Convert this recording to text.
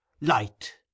Light